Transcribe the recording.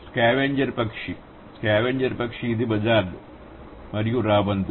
scavenger పక్షి scavenger పక్షి ఇది బజార్డ్ మరియు రాబందు